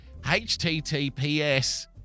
HTTPS